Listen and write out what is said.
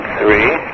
three